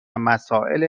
مسائل